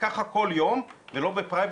וככה כל יום ולא בפרייבט,